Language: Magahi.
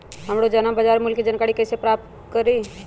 हम रोजाना बाजार मूल्य के जानकारी कईसे पता करी?